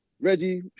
Reggie